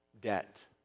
debt